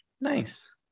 Nice